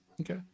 Okay